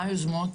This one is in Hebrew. מה היוזמות,